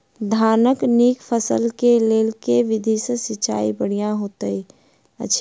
धानक नीक फसल केँ लेल केँ विधि सँ सिंचाई बढ़िया होइत अछि?